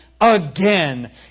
again